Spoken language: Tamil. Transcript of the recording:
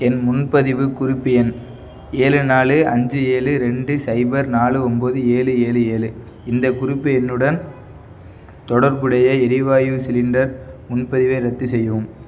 என் முன்பதிவுக் குறிப்பு எண் ஏழு நாலு அஞ்சு ஏழு ரெண்டு சைபர் நாலு ஒம்பது ஏழு ஏழு ஏழு இந்தக் குறிப்பு எண்ணுடன் தொடர்புடைய எரிவாய்வு சிலிண்டர் முன்பதிவை ரத்து செய்யவும்